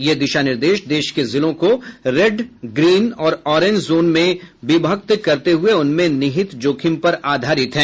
ये दिशा निर्देश देश के जिलों को रेड ग्रीन और ऑरेंज जोनों में विभक्त करते हुए उनमें निहित जोखिम पर आधारित हैं